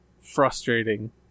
frustrating